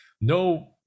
No